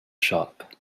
shop